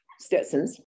Stetson's